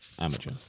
amateur